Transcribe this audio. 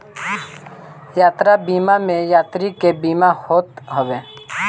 यात्रा बीमा में यात्री के बीमा होत हवे